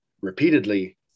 repeatedly